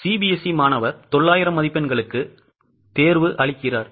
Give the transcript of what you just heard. CBSE மாணவர் 900 மதிப்பெண்களுக்கு தேர்வு அளிக்கிறார்